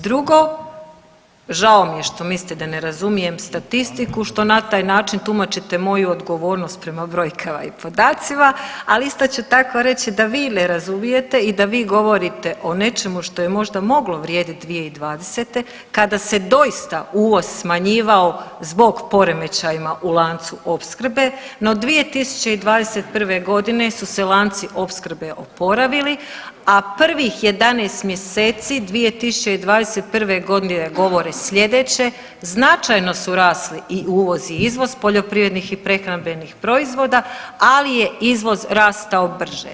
Drugo, žao mi je što mislite da ne razumijem statistiku što na taj način tumačite moju odgovornost prema brojkama i podacima, ali isto ću tako reći da vi ne razumijete i da vi govorite o nečemu što je moglo vrijediti 2020. kada se doista uvoz smanjivao zbog poremećajima u lancima opskrbe, no 2021. godine su se lanci opskrbe oporavili, a prvih 11 mjeseci 2021. godine govore slijedeće značajno su rasli i uvoz i izvoz poljoprivrednih i prehrambenih proizvoda, ali je izvoz rastao brže.